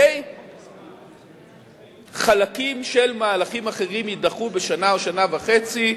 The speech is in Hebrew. או: חלקי-חלקים של מהלכים אחרים יידחו בשנה או בשנה וחצי.